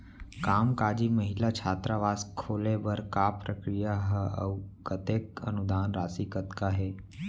कामकाजी महिला छात्रावास खोले बर का प्रक्रिया ह अऊ कतेक अनुदान राशि कतका हे?